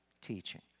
teaching